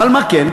אבל מה כן?